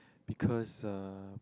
because uh